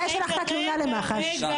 מתי שלחת תלונה למח"ש.